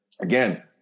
again